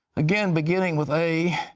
again beginning with a,